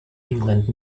england